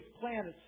planets